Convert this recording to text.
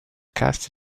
cast